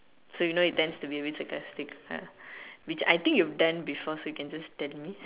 so you know it tends to be sarcastic lah which I think you've done before so you can just tell me